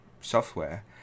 software